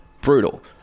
brutal